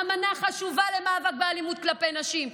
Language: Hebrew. האמנה חשובה למאבק באלימות כלפי נשים.